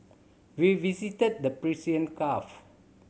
we visited the Persian Gulf